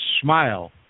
smile